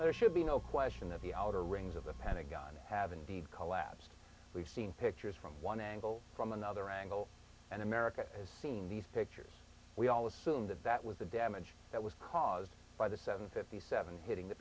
there should be no question that the outer rings of the pentagon have indeed collapsed we've seen pictures from one angle from another angle and america has seen these pictures we all assume that that was the damage that was caused by the seven fifty seven hitting the